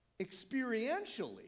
Experientially